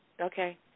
okay